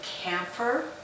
camphor